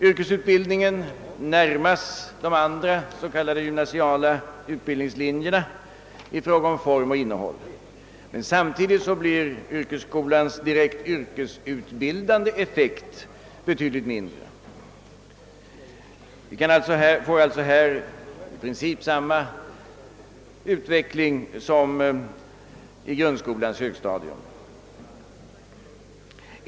Yrkesutbildningen närmas de andra s.k. gymnasiala utbildningslinjerna i fråga om form och innehåll, men samtidigt blir yrkesskolans direkt yrkesutbildande effekt betydligt mindre. Vi får alltså i princip samma utveckling som i grundskolans högstadium.